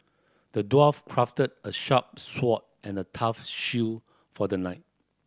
the dwarf crafted a sharp sword and a tough shield for the knight